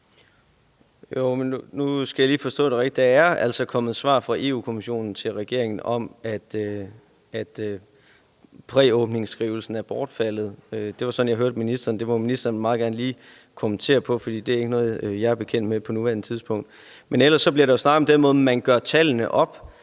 Der er altså kommet svar fra Europa-Kommissionen til regeringen om, at præåbningsskrivelsen er bortfaldet. Det var sådan, jeg hørte ministeren, og det må ministeren meget gerne lige kommentere, for det er ikke noget, jeg på nuværende tidspunkt er bekendt med. Men ellers bliver der jo snakket om den måde, man gør tallene op